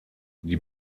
die